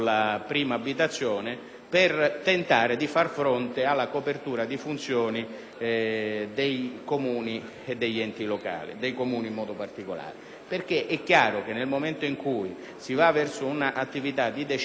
per tentare di far fronte alla copertura di funzioni degli enti locali, dei Comuni in modo particolare. È chiaro infatti che nel momento in cui si va verso un'attività di decentramento così ampia